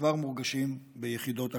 כבר מורגשים ביחידות הקצה.